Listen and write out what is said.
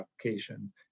application